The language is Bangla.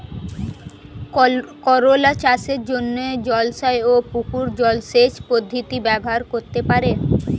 করোলা চাষের জন্য জলাশয় ও পুকুর জলসেচ পদ্ধতি ব্যবহার করতে পারি?